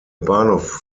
bahnhof